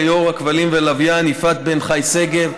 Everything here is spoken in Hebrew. ליו"ר הכבלים והלוויין יפעת בן חי שגב,